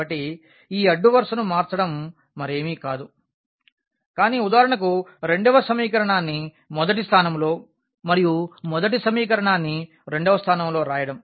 కాబట్టి ఈ అడ్డు వరుసను మార్చడం మరేమీ కాదు కానీ ఉదాహరణకు రెండవ సమీకరణాన్ని మొదటి స్థానంలో మరియు మొదటి సమీకరణాన్ని రెండవ స్థానంలో రాయడం